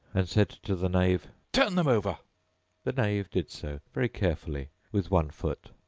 and said to the knave turn them over the knave did so, very carefully, with one foot.